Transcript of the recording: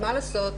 מה לעשות,